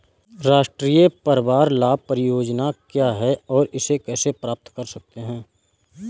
राष्ट्रीय परिवार लाभ परियोजना क्या है और इसे कैसे प्राप्त करते हैं?